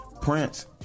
Prince